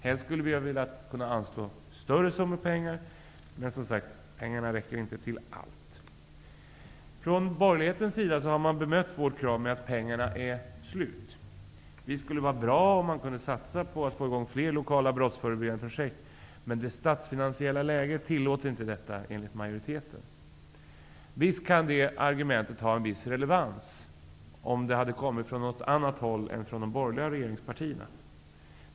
Helst skulle vi vilja att riksdagen kunde anslå större summor pengar, men pengarna räcker som sagt inte till allt. Från borgerlighetens sida har man bemött vårt krav med att säga att pengarna är slut. Visst skulle det vara bra om man kunde satsa på att få i gång fler lokala brottsförebyggande projekt, men det statsfinansiella läget tillåter enligt majoriteten inte detta. Visst skulle det argumentet kunna ha en viss relevans, om det hade kommit från något annat håll än från de borgerliga regeringspartierna.